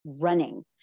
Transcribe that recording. running